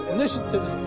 initiatives